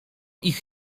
ich